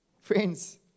Friends